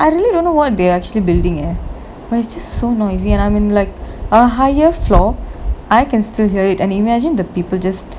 I really don't know what they actually building eh and it's just so noisy and I'm in like a higher floor I can still hear it and imagine the people just